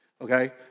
okay